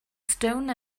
stone